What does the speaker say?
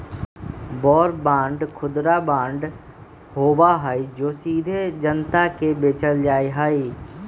war bond खुदरा bond होबा हई जो सीधे जनता के बेचल जा हई